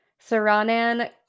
Saranan